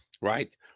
right